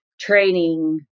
training